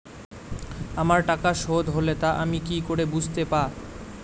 আমার টাকা শোধ হলে তা আমি কি করে বুঝতে পা?